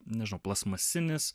nežinau plastmasinis